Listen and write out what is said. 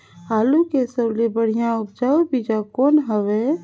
आलू के सबले बढ़िया उपजाऊ बीजा कौन हवय?